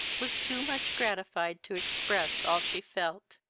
was too much gratified to express all she felt.